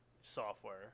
software